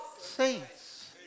saints